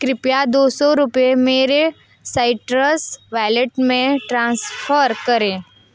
कृपया दो सौ रुपये मेरे साइट्रस वॉलेट में ट्रांसफ़र करें